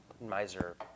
miser